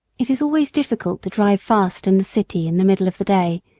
it is always difficult to drive fast in the city in the middle of the day,